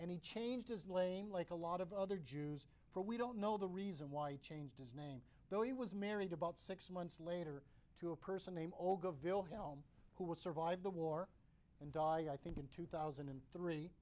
he changed his lame like a lot of other jews for we don't know the reason why i changed the name though he was married about six months later to a person named olga vilhelm who was survived the war and die i think in two thousand and three